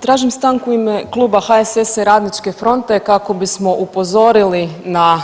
Tražim stanku u ime kluba HSS-a i Radničke fronte kako bismo upozorili na